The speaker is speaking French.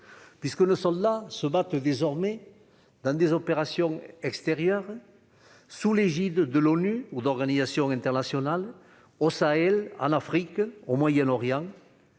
visage. Nos soldats se battent désormais dans des opérations extérieures sous l'égide de l'ONU ou d'organisations internationales au Sahel, en Afrique, au Moyen-Orient.